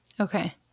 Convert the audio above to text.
Okay